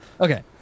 Okay